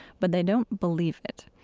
but they don't believe it.